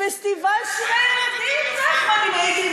רבקה